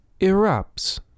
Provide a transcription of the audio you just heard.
erupts